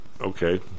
Okay